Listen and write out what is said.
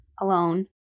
alone